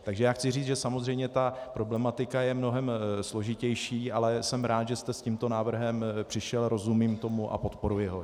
Takže já chci říct, že samozřejmě ta problematika je mnohem složitější, ale jsem rád, že jste s tímto návrhem přišel, rozumím tomu a podporuji ho.